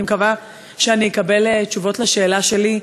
אני מקווה שאני אקבל תשובות על השאלה שלי.